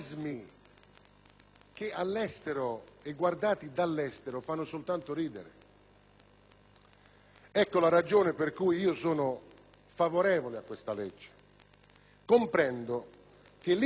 Ecco la ragione per cui sono favorevole a questa legge. Comprendo che l'*iter* che ha portato all'approvazione poteva essere più coinvolgente, più condiviso.